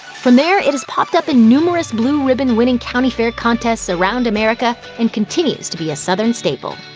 from there, it has popped up in numerous blue ribbon-winning county fair contests around america and continues to be a southern staple.